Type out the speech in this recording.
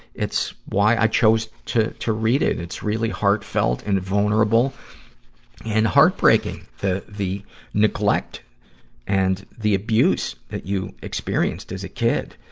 it's why i chose to, to read it. it's really heartfelt and vulnerable and heartbreaking that the neglect and the abuse that you experienced as a kid,